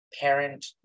parent